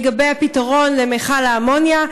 לגבי הפתרון למכל האמוניה.